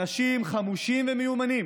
אנשים חמושים ומיומנים